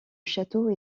château